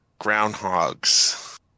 Groundhogs